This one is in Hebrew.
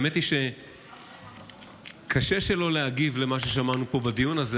האמת היא שקשה שלא להגיב על מה ששמענו פה בדיון הזה,